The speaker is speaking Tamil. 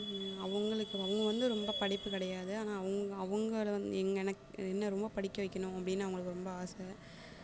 அவர்களுக்கு அவங்க வந்து ரொம்ப படிப்பு கிடையாது ஆனால் அவங்க அவங்களை வந்து எங்கே எனக்கு என்ன ரொம்ப படிக்க வைக்கணும் அப்படின்னு அவர்களுக்கு ரொம்ப ஆசை